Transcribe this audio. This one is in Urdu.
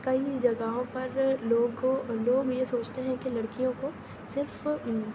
کئی جگہوں پر لوگ کو لوگ یہ سوچتے ہیں کہ لڑکیوں کو صرف